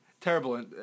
terrible